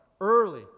early